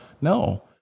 No